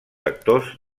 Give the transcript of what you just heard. actors